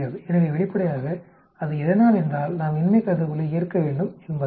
எனவே வெளிப்படையாக அது எதனாலென்றால் நாம் இன்மை கருதுகோளை ஏற்கவேண்டும் என்பதால்